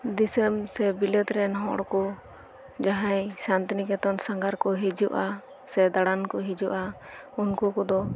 ᱫᱤᱥᱟᱹᱢ ᱥᱮ ᱵᱤᱞᱟᱹᱛ ᱨᱮᱱ ᱦᱚᱲ ᱠᱚ ᱡᱟᱦᱟᱸᱭ ᱥᱟᱱᱛᱤᱱᱤᱠᱮᱛᱚᱱ ᱥᱟᱸᱜᱷᱟᱨ ᱠᱚ ᱦᱤᱡᱩᱜᱼᱟ ᱥᱮ ᱫᱟᱬᱟᱱ ᱠᱚ ᱦᱤᱡᱩᱜᱼᱟ ᱩᱱᱠᱩ ᱠᱚᱫᱚ